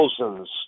thousands